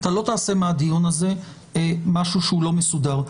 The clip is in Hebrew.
אתה לא תעשה מהדיון הזה משהו שהוא לא מסודר.